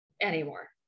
anymore